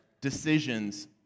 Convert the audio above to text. decisions